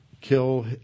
kill